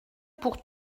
pour